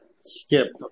skip